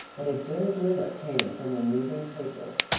but a dim glimmer came from a moving taper,